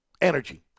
Energy